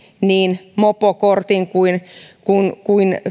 niin mopokortin kuin